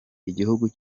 igihugu